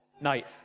night